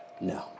No